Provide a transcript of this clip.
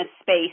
space